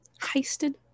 heisted